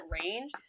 range